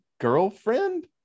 girlfriend